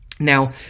Now